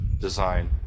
design